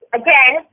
again